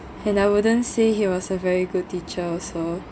and I wouldn't say he was a very good teacher also